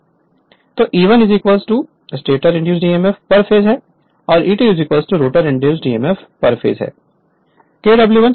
Refer Slide Time 2436 तो E1 stator induced emf पर phase है E2 रोटर इंड्यूस्ड emf पर फेस है